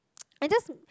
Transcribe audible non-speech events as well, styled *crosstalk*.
*noise* I just